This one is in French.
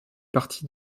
partie